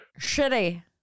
Shitty